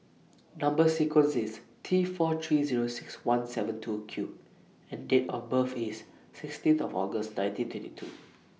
Number sequence IS T four three Zero six one seven two Q and Date of birth IS sixteenth of August nineteen twenty two